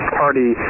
party